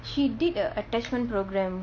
she did a attachment programme